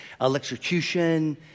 electrocution